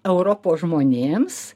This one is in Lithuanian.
europos žmonėms